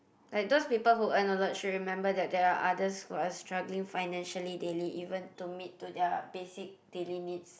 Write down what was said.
like those people who earn a lot should remember that there are others who are struggling financially daily even to meet to their basic daily needs